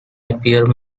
napier